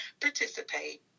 Participate